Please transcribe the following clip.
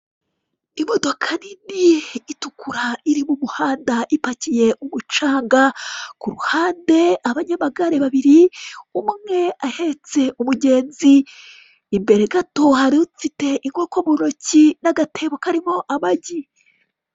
Imodoka nini itukura iri mu muhanda ipakiye umucanga, ku ruhande abanyamagare babiri umwe ahetse umugenzi, imbere gato hari ufite inkoko mu ntoki n'agatebo karimo amagi.